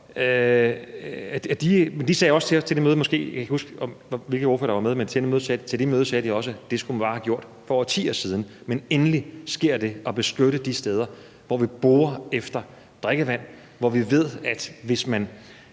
der var med til det, at det skulle man bare have gjort for årtier siden. Men endelig sker det, at vi beskytter de steder, hvor vi borer efter drikkevand, og hvor vi ved, at